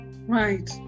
Right